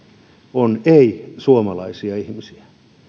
on ei suomalaisia ihmisiä